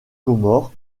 comores